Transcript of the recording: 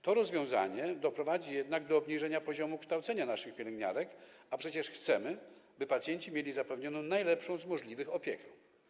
To rozwiązanie doprowadzi jednak do obniżenia poziomu kształcenia naszych pielęgniarek, a przecież chcemy, żeby pacjenci mieli zapewnioną najlepszą z możliwych opiekę.